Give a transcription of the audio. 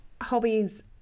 hobbies